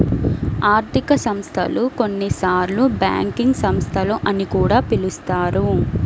ఆర్థిక సంస్థలు, కొన్నిసార్లుబ్యాంకింగ్ సంస్థలు అని పిలుస్తారు